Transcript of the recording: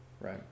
Right